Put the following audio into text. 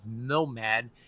Nomad